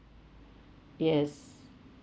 yes